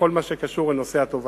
בכל מה שקשור לנושא התובלה.